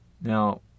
Now